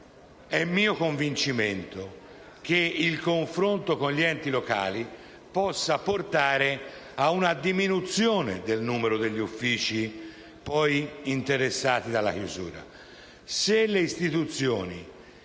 è mio convincimento che il confronto con gli enti locali possa portare ad una diminuzione del numero degli uffici poi interessati dalla chiusura.